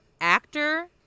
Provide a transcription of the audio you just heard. actor